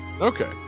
Okay